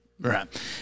Right